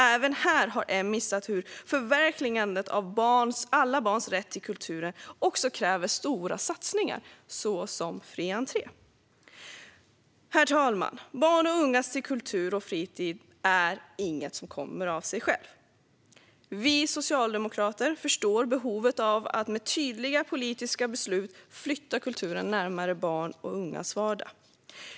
Också här har M missat att förverkligandet av alla barns rätt till kultur faktiskt kräver stora satsningar - såsom fri entré. Herr talman! Barns och ungas tillgång till kultur och fritid är inget som kommer av sig självt. Vi socialdemokrater förstår behovet av att med tydliga politiska beslut flytta kulturen närmare barns och ungas vardag.